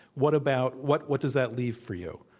what about what what does that leave for you?